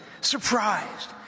surprised